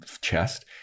chest